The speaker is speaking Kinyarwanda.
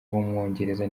w’umwongereza